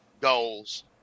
goals